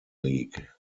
league